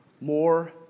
more